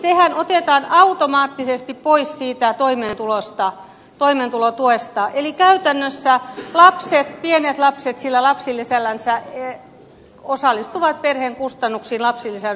sehän otetaan automaattisesti pois siitä toimeentulotuesta eli käytännössä lapset pienet lapset sillä lapsilisällänsä osallistuvat perheen kustannuksiin lapsilisän suuruudella